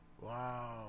Wow